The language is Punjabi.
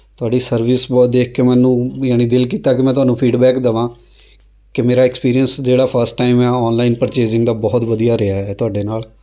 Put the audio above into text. ਤੁਹਾਡੀ ਸਰਵਿਸ ਵੱਲ ਦੇਖ ਕੇ ਮੈਨੂੰ ਯਾਨੀ ਦਿਲ ਕੀਤਾ ਕਿ ਮੈਂ ਤੁਹਾਨੂੰ ਫੀਡਬੈਕ ਦੇਵਾਂ ਕਿ ਮੇਰਾ ਐਕਸਪੀਰੀਅਂਸ ਜਿਹੜਾ ਫਸਟ ਟਾਈਮ ਹੈ ਔਨਲਾਈਨ ਪਰਚੇਜਿੰਗ ਦਾ ਬਹੁਤ ਵਧੀਆ ਰਿਹਾ ਹੈ ਤੁਹਾਡੇ ਨਾਲ